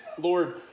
Lord